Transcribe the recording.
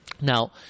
Now